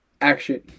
action